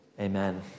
amen